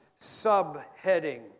subheading